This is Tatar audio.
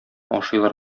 ашыйлар